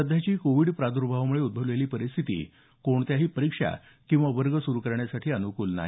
सध्याची कोविड प्रादर्भावामुळे उद्भवलेली परिस्थिती ही कोणत्याही परीक्षा किंवा वर्ग सुरु करण्यासाठी अनुकूल नाही